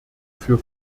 für